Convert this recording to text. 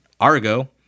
Argo